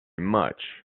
much